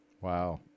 Wow